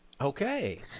Okay